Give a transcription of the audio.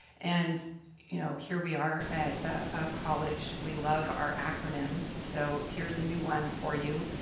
and you know here we are at a college. we love our acronyms so here is a new one for you.